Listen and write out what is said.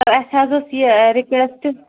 سَر اَسہِ حظ ٲس یہِ رِکوٮ۪سٹ